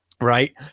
right